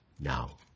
Now